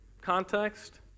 context